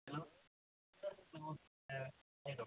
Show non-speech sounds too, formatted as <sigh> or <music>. hello <unintelligible>